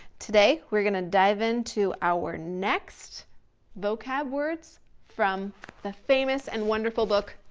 today we're gonna dive into our next vocab words from the famous and wonderful book,